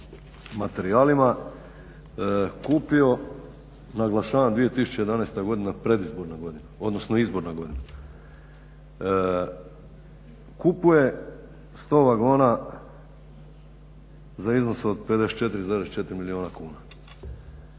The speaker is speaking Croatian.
kupio naglašavam 2011. godina predizborna godina, odnosno izborna godina kupuje 100 vagona za iznos od 54,4 milijuna kuna.